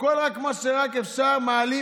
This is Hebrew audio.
בכל מה שרק אפשר מעלים.